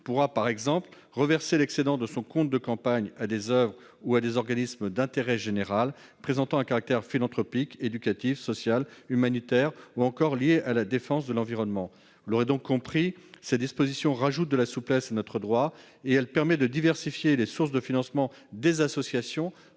pourra par exemple reverser l'excédent de son compte de campagne à des oeuvres ou à des organismes d'intérêt général présentant un caractère philanthropique, éducatif, social, humanitaire ou encore lié à la défense de l'environnement. Cette disposition vise à ajouter de la souplesse à notre droit et permet de diversifier les sources de financement des associations,